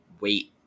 wait